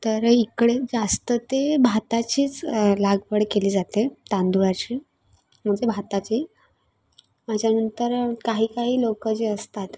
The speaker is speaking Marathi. तर इकडे जास्त ते भाताचीच लागवड केली जाते तांदुळाची म्हणजे भाताची त्याच्यानंतर काही काही लोक जे असतात